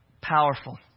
powerful